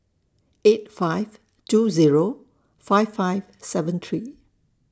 eight five two Zero five five seven three